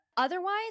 Otherwise